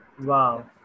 Wow